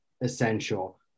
essential